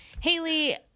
Haley